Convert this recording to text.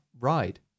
Ride